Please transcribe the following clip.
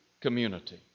community